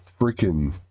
freaking